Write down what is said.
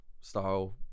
style